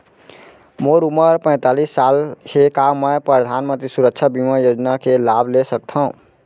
मोर उमर पैंतालीस साल हे का मैं परधानमंतरी सुरक्षा बीमा योजना के लाभ ले सकथव?